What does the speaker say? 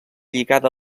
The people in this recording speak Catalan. lligada